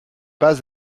pas